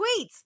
tweets